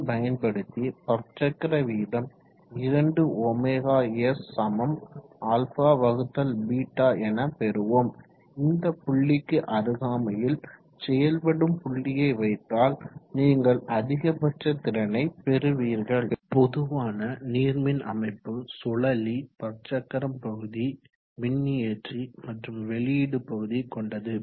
அதைப்பயன்படுத்தி பற்சக்கர விகிதம் 2ɷs αβ என பெறுவோம் இந்த புள்ளிக்கு அருகாமையில் செயல்படும் புள்ளியை வைத்தால் நீங்கள் அதிகபட்ச திறனை பெறுவீர்கள் பொதுவான நீர்மின் அமைப்பு சுழலி பற்சக்கரம் பகுதி மின்னியற்றி மற்றும் வெளியீடு பகுதி கொண்டது